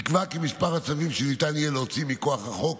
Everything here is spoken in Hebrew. נקבע כי מספר הצווים שניתן יהיה להוציא מכוח החוק,